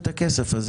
לא הסברתי לגבי הכספים